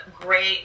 great